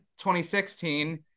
2016